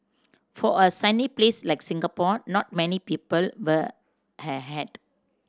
for a sunny place like Singapore not many people wear hat